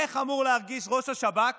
איך אמור להרגיש ראש השב"כ